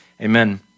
Amen